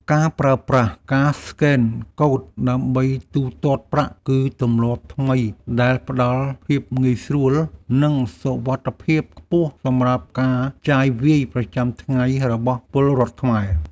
ការប្រើប្រាស់ការស្កេនកូដដើម្បីទូទាត់ប្រាក់ គឺទម្លាប់ថ្មីដែលផ្ដល់ភាពងាយស្រួល និងសុវត្ថិភាពខ្ពស់សម្រាប់ការចាយវាយប្រចាំថ្ងៃរបស់ពលរដ្ឋខ្មែរ។